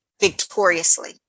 victoriously